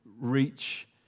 reach